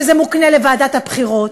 שזה מוקנה לוועדת הבחירות,